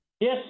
Yes